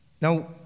Now